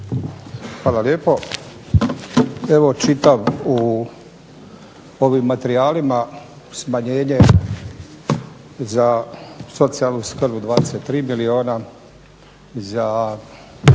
Hvala lijepo. Evo čitam u ovim materijalima smanjenje za socijalnu skrb od 23 milijuna, za